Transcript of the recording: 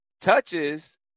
Touches